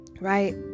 right